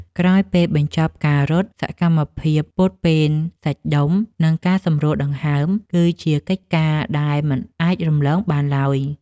ក្រោយពេលបញ្ចប់ការរត់ សកម្មភាពពត់ពែនសាច់ដុំ និងការសម្រួលដង្ហើម គឺជាកិច្ចការដែលមិនអាចរំលងបានឡើយ។